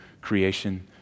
creation